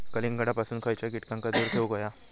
कलिंगडापासून खयच्या कीटकांका दूर ठेवूक व्हया?